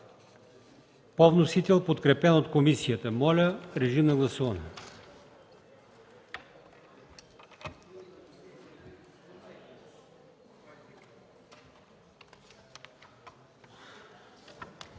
което не е подкрепено от комисията. Моля, режим на гласуване.